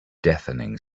deafening